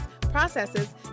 processes